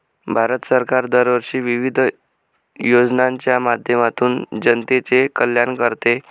भारत सरकार दरवर्षी विविध योजनांच्या माध्यमातून जनतेचे कल्याण करते